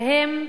והם,